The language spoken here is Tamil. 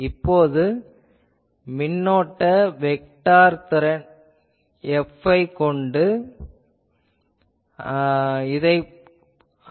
இப்போது மின்னோட்ட வெக்டார் திறன் F ஐக் கொண்டு வருகிறோம்